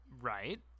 Right